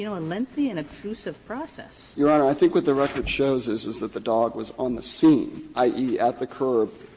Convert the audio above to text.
you know and lengthy and obtrusive process. garre your honor, i think what the record shows is, is that the dog was on the scene, i e, at the curb,